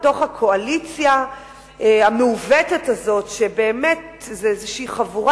הקואליציה המעוותת הזאת היא איזו חבורה